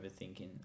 overthinking